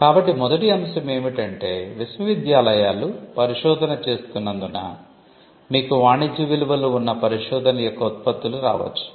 కాబట్టి మొదటి అంశం ఏమిటంటే విశ్వవిద్యాలయాలు పరిశోధన చేస్తున్నందున మీకు వాణిజ్య విలువలు ఉన్న పరిశోధన యొక్క ఉత్పత్తులు రావచ్చు